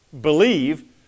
believe